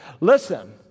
Listen